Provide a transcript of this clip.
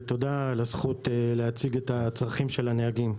ותודה על הזכות להציג את הצרכים של הנהגים.